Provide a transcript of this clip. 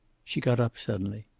she got up suddenly.